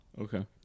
Okay